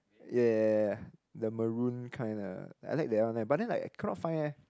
ya ya ya ya ya the maroon kind lah I like that one leh but then like I cannot find eh